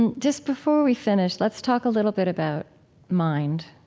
and just before we finish, let's talk a little bit about mind,